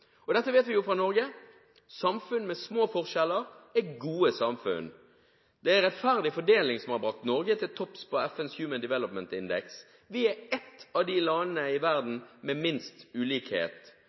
Dette vet vi jo fra Norge: Samfunn med små forskjeller er gode samfunn. Det er rettferdig fordeling som har brakt Norge til topps på FNs Human Development Index. Vi er blant de landene i verden